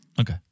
Okay